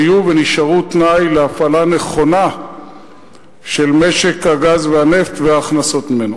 היו ונשארו תנאי להפעלה נכונה של משק הגז והנפט וההכנסות ממנו.